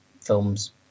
films